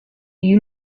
you